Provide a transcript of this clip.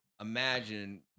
Imagine